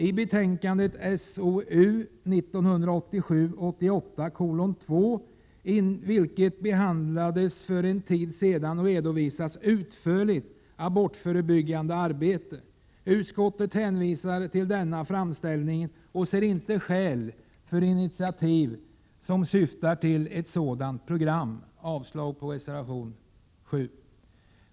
I betänkandet SoU 1987/88:2, vilket behandlades för en tid sedan, redovisas utförligt abortförebyggande arbete. Utskottet hänvisar till denna framställning och ser inte skäl för initiativ som syftar till ett sådant program. Jag yrkar avslag på reservation 7.